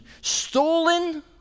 Stolen